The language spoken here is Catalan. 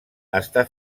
està